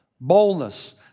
Boldness